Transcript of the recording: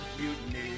Mutiny